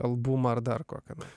albumą ar dar kokią nors